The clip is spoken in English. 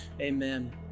amen